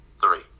three